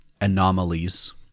anomalies